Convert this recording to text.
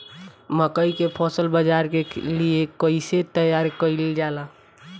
मकई के फसल बाजार के लिए कइसे तैयार कईले जाए?